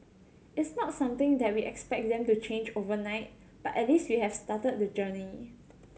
it's not something that we expect them to change overnight but at least we have started the journey